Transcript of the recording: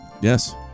Yes